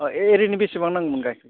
अ ओरैनो बेसेबां नांगौमोन